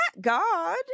God